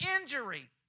injury